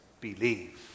believe